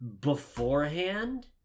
beforehand